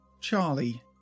Charlie